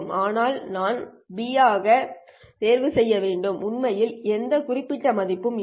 ஆனால் நான் Bopt ஆக எதைத் தேர்வு செய்ய வேண்டும் உண்மையில் எந்த குறிப்பிட்ட மதிப்பும் இல்லை